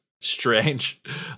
strange